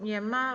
Nie ma.